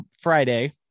Friday